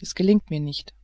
es gelingt mir nicht